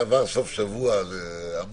אם אנחנו מדברים על הזכות לעסוק,